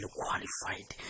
qualified